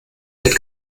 wird